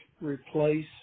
Replace